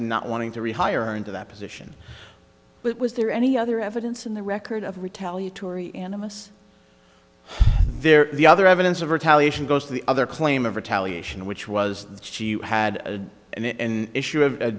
and not wanting to retire into that position but was there any other evidence in the record of retaliatory animus there the other evidence of retaliation goes to the other claim of retaliation which was that she had and issue of